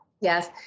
Yes